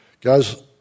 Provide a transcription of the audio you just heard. Guys